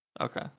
Okay